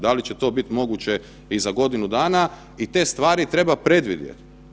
Da li će to biti moguće i za godinu dana i te stvari treba predvidjeti.